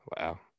Wow